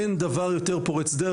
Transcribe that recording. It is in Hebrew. אין דבר יותר פורץ דרך.